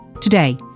Today